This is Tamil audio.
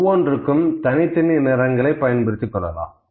ஒவ்வொன்றுக்கும் தனித்தனி நிறங்களை பயன்படுத்துகிறேன்